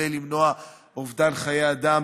חשבנו שזה הדבר הנכון כדי למנוע אובדן חיי אדם,